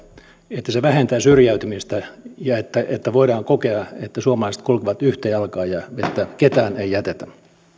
että se vähentää syrjäytymistä ja että voidaan kokea että suomalaiset kulkevat yhtä jalkaa ja että ketään ei jätetä